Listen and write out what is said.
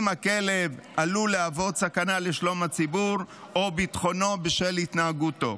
אם הכלב עלול להוות סכנה לשלום הציבור או ביטחונו בשל התנהגותו,